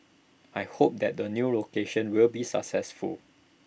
I hope that the new location will be successful